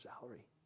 salary